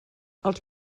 els